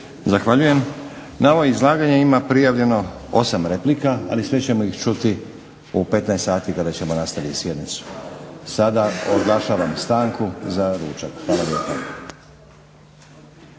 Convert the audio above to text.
Zahvaljujem. Na ovo izlaganje ima prijavljeno 8 replika, ali sve ćemo ih čuti u 15 sati kada ćemo nastaviti sjednicu. Sada proglašavam stanku za ručak. Hvala